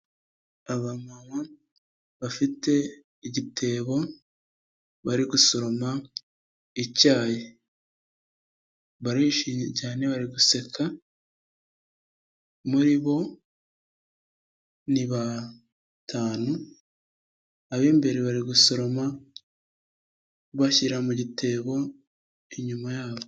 Abamama bafite igitebo bari gusoroma icyayi barishimye cyane bari guseka. Muri bo ni batanu ab'imbere bari gusoroma bashyira mu gitebo inyuma yabo.